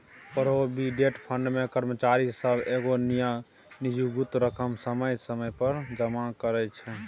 provident fund मे कर्मचारी सब एगो निजगुत रकम समय समय पर जमा करइ छै